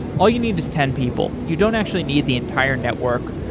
all you need is ten people. you don't actually need the entire network.